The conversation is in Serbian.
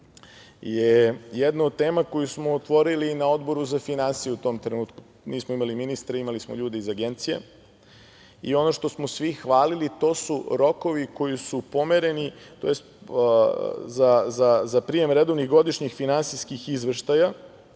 jedna od tema koju smo otvorili i na Odboru za finansije u tom trenutku, mi smo imali ministre, imali smo ljude iz Agencije i ono što smo svi hvalili to su rokovi koji su pomereni, tj. za prijem redovnih godišnjih finansijskih izveštaja,